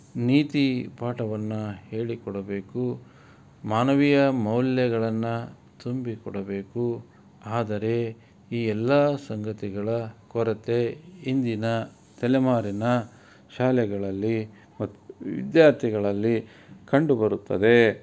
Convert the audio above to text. ನೀತಿ ಪಾಠವನ್ನು ಹೇಳಿಕೊಡಬೇಕು ಮಾನವೀಯ ಮೌಲ್ಯಗಳನ್ನು ತುಂಬಿಕೊಡಬೇಕು ಆದರೆ ಈ ಎಲ್ಲ ಸಂಗತಿಗಳ ಕೊರತೆ ಇಂದಿನ ತಲೆಮಾರಿನ ಶಾಲೆಗಳಲ್ಲಿ ಮತ್ತು ವಿದ್ಯಾರ್ಥಿಗಳಲ್ಲಿ ಕಂಡುಬರುತ್ತದೆ